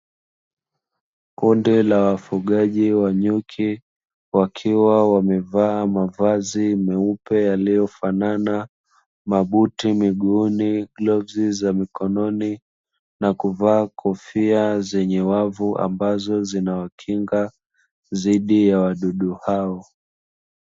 Kundi la wafugaji wa nyuki wakiwa wamevaa mavazi meupe yaliyofanana, mabuti miguuni, glavu za mikononi, na kuvaa kofia zenye wavu ambazo zinawakinga dhidi ya wadudu hao.